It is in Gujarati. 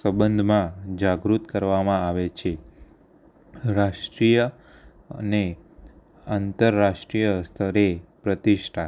સંબંધમાં જાગૃત કરવામાં આવે છે રાષ્ટ્રિય અને અંતરરાષ્ટ્રિય સ્તરે પ્રતિષ્ઠા